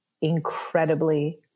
incredibly